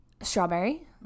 strawberry